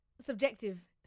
subjective